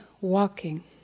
walking